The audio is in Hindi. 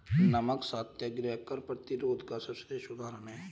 नमक सत्याग्रह कर प्रतिरोध का सर्वश्रेष्ठ उदाहरण है